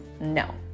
no